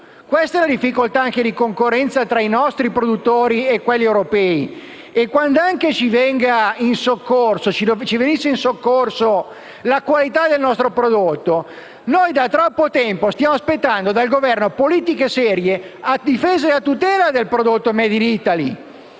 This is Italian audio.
Questa è anche la difficoltà di concorrenza tra i nostri produttori e quelli europei. E quand'anche ci venisse in soccorso la qualità del nostro prodotto, da troppo tempo stiamo aspettando dal Governo politiche serie in difesa e a tutela del prodotto *made in Italy*.